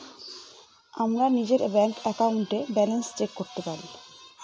আমরা নিজের ব্যাঙ্ক একাউন্টে ব্যালান্স চেক করতে পারি